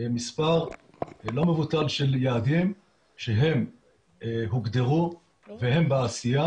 מספר לא מבוטל של יעדים שהם הוגדרו והם בעשייה